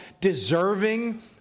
deserving